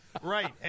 Right